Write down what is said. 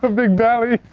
but big belly.